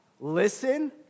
listen